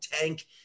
tank